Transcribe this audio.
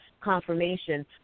confirmation